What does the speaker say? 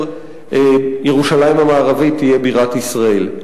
וירושלים המערבית תהיה בירת ישראל.